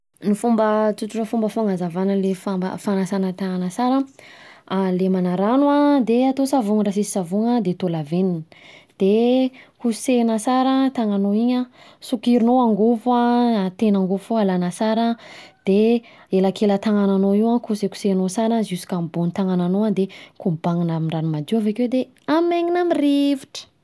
Ny fomba tsotsotra fomba fanazavana le fomba fanasana tanana sara an, lemana rano de atao savogn raha sisy savogna de atao lavenona; de kosehina sara tananao iny; sokirinao angofo an, tain'angofo io alana sara de elakelan-tanananao io an kosekosehanoa tsara an, jusk'am'bohon-tananao de kobaninao avekeo de hamaininana amin'ny rivotra.